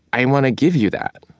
i want to give you that.